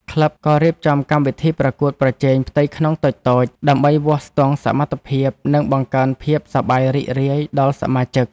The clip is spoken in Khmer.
ក្លឹបក៏រៀបចំកម្មវិធីប្រកួតប្រជែងផ្ទៃក្នុងតូចៗ ដើម្បីវាស់ស្ទង់សមត្ថភាព និងបង្កើនភាពសប្បាយរីករាយដល់សមាជិក។